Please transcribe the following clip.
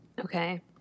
Okay